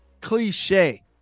cliche